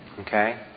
Okay